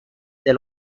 del